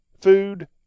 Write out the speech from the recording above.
Food